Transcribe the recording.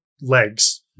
legs